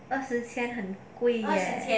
二十千很贵 leh